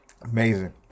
Amazing